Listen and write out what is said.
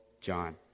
John